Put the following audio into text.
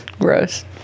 Gross